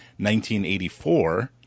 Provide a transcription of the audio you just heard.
1984